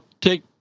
take